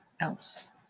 else